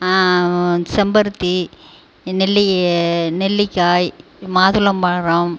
செம்பருத்தி நெல்லி நெல்லிக்காய் மாதுளம்மரம்